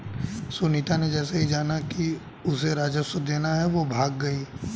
सुनीता ने जैसे ही जाना कि उसे राजस्व देना है वो भाग गई